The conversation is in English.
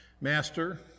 Master